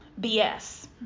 BS